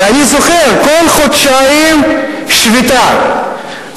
כל חודשיים שביתה,